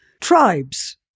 Tribes